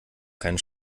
keinen